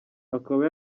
akaba